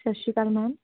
ਸਤਿ ਸ਼੍ਰੀ ਅਕਾਲ ਮੈਮ